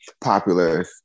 popular